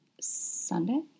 Sunday